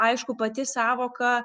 aišku pati sąvoka